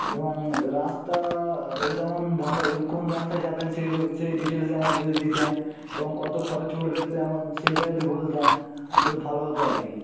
এবং রাস্তা যেমন ভালো কোন রাস্তায় যাবেন সেই সেই ডিটেলস যেমন যদি দিতেন এবং কত খরচ পড়বে তেমন সেইটা যদি বলতেন ভালো হতো আর কি